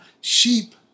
sheep